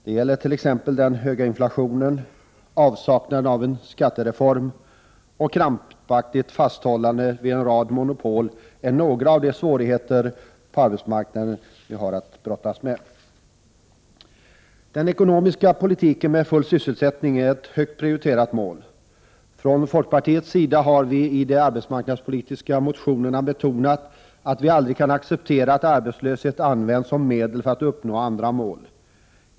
Det gäller t.ex. den höga inflationen, avsaknaden av en skattereform och krampaktigt fasthållande vid en rad monopol. Detta är några av de svårigheter på arbetsmarknaden som vi har att brottas med. I den ekonomiska politiken är full sysselsättning ett högt prioriterat mål. Från folkpartiets sida har vi i de arbetsmarknadspolitiska motionerna betonat att vi aldrig kan acceptera att arbetslöshet används som medel för att uppnå andra mål.